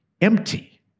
empty